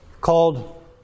called